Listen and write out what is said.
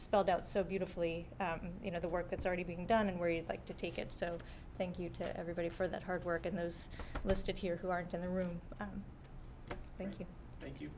spelled out so beautifully you know the work that's already being done and where you like to take it so thank you to everybody for that hard work and those listed here who aren't in the room thank you thank you